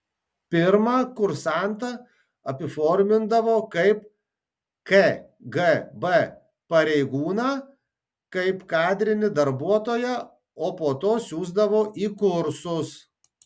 pirma kursantą apiformindavo kaip kgb pareigūną kaip kadrinį darbuotoją o po to siųsdavo į kursus